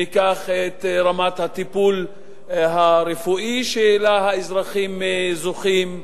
ניקח את רמת הטיפול הרפואי שהאזרחים זוכים לה,